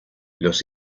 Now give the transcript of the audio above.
los